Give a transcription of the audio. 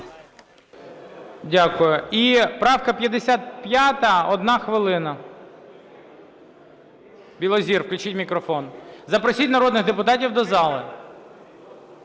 Дякую. І правка 55. Одна хвилина. Білозір, включіть мікрофон. Запросіть народних депутатів до зали.